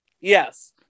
Yes